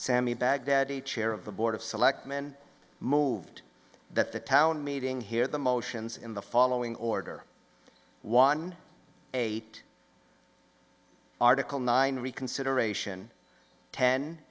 sammy baghdad a chair of the board of selectmen moved that the town meeting here the motions in the following order one eight article nine reconsideration ten